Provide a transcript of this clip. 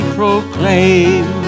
proclaim